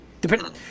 depending